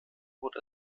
wurde